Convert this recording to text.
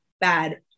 bad